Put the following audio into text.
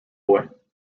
boy